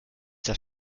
das